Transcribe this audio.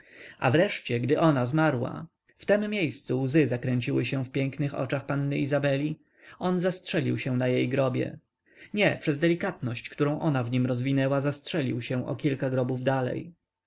jej dzieci on wyszukiwał im bony i nauczycieli powiększał ich majątek a nareszcie gdy ona zmarła w tem miejscu łzy zakręciły się w pięknych oczach panny izabeli on zastrzelił się na jej grobie nie przez delikatność którą ona w nim rozwinęła zastrzelił się o kilka grobów dalej